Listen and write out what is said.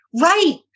right